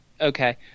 Okay